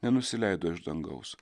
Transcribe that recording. nenusileido iš dangaus